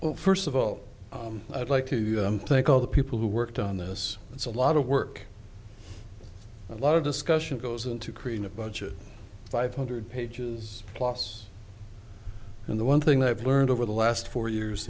you first of all i'd like to thank all the people who worked on this it's a lot of work a lot of discussion goes into creating a budget five hundred pages plus in the one thing i've learned over the last four years